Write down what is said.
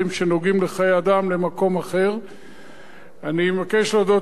אני מבקש להודות ליושבי-ראש הוועדה, זה הקודם,